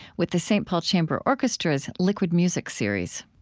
with the st. paul chamber orchestra's liquid music series.